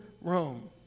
Rome